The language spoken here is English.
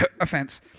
Offense